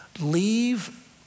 leave